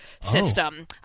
system